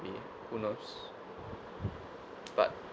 who knows but